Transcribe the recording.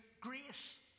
grace